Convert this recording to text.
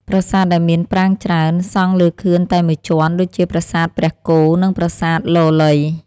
ប្រាសាទដែលមានប្រាង្គច្រើន សង់លើខឿនតែមួយជាន់ ដូចជាប្រាសាទព្រះគោ និងប្រាសាទលលៃ។